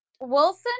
Wilson